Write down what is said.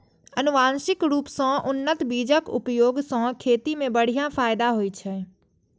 आनुवंशिक रूप सं उन्नत बीजक उपयोग सं खेती मे बढ़िया फायदा होइ छै